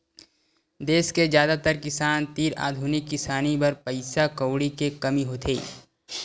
देस के जादातर किसान तीर आधुनिक किसानी बर पइसा कउड़ी के कमी होथे